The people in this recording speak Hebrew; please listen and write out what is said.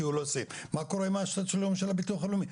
הוא לא סיים מה קורה עם ההפסד של הביטוח הלאומי?